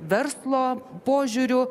verslo požiūriu